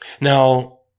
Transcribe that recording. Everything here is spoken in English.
now